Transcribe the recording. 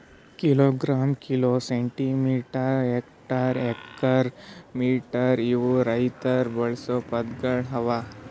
kilogram, kilo, centimetre, hectare, acre, metre ಇವು ರೈತುರ್ ಬಳಸ ಪದಗೊಳ್ ಅವಾ